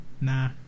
Nah